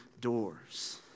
doors